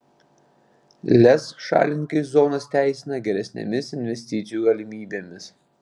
lez šalininkai zonas teisina geresnėmis investicijų galimybėmis